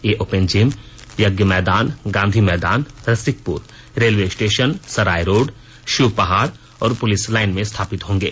ये open gym Yagya Maidan Gandhi Maidan Rasikpur railway station Sarai road Shivpahar और police line में स्थापित होंगे